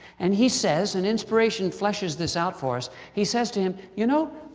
and he says. and inspiration fleshes this out for us he says to him you know,